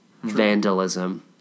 vandalism